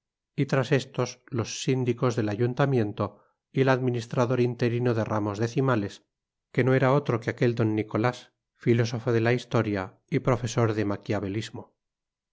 y tras estos los síndicos del ayuntamiento y el administrador interino de ramos decimales que no era otro que aquel d nicolás filósofo de la historia y profesor de maquiavelismo